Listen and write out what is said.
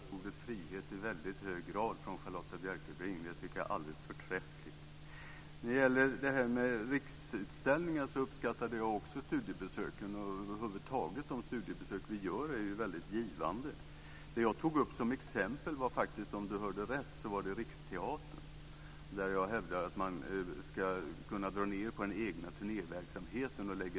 Fru talman! Jag uppskattar i väldigt hög grad ordet frihet från Charlotta Bjälkebring. Det tycker jag är alldeles förträffligt. När det gäller detta med Riksutställningar uppskattade också jag studiebesöken. Över huvud taget är de studiebesök vi gör väldigt givande. Om Charlotta Bjälkebring hörde rätt, var det exempel som jag tog upp Riksteatern, där jag hävdar att man ska kunna dra ned på den egna turnéverksamheten.